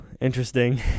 interesting